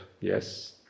yes